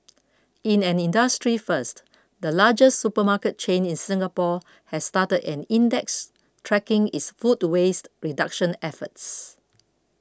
in an industry first the largest supermarket chain in Singapore has started an index tracking its food waste reduction efforts